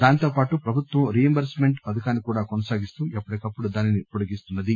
దానితో పాటు ప్రభుత్వం రీయింబర్స్ మెంట్ పథకాన్ని కూడా కొనసాగిస్తూ ఎప్పటికప్పుడు దానిని పొడిగిస్తున్నది